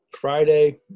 Friday